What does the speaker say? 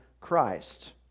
Christ